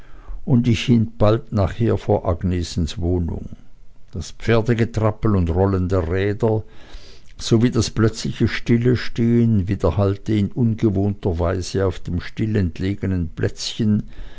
und ich hielt bald nachher vor agnesens wohnung das pferdegetrampel und rollen der räder sowie das plötzliche stillstehen widerhallte in ungewohnter weise auf dem still entlegenen plätzchen